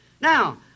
Now